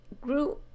grew